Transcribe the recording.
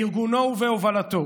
בארגונו ובהובלתו,